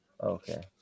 Okay